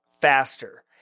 faster